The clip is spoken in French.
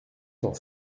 dans